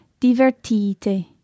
divertite